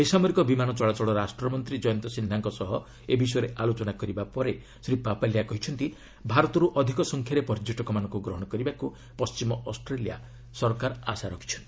ବେସାମରିକ ବିମାନ ଚଳାଚଳ ରାଷ୍ଟ୍ରମନ୍ତ୍ରୀ ଜୟନ୍ତ ସିହ୍ନାଙ୍କ ସହ ଏ ବିଷୟରେ ଆଲୋଚନା କରିବା ପରେ ଶ୍ରୀ ପାପାଲିଆ କହିଛନ୍ତି ଭାରତରୁ ଅଧିକ ସଂଖ୍ୟାରେ ପର୍ଯ୍ୟଟକମାନଙ୍କୁ ଗ୍ରହଣ କରିବାକୁ ପଣ୍ଟିମ ଅଷ୍ଟ୍ରେଲିଆ ସରକାର ଆଶା ରଖିଛନ୍ତି